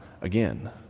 again